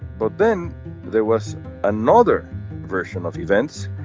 but then there was another version of events.